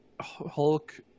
Hulk